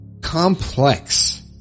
complex